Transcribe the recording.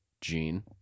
Gene